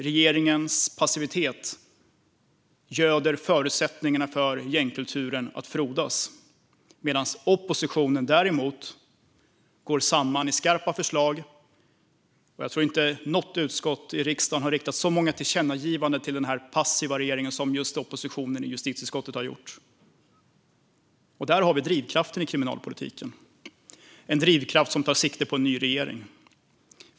Regeringens passivitet göder förutsättningarna för gängkulturen att frodas medan oppositionen däremot går samman i skarpa förslag. Jag tror inte att något av riksdagens utskott har riktat så många tillkännagivanden till denna passiva regering som just oppositionen i justitieutskottet har gjort. Där har vi drivkraften i kriminalpolitiken, en drivkraft som tar sikte på en ny regering.